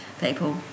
people